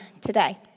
today